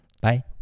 Bye